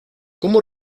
como